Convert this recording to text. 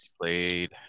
played